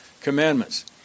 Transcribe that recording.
commandments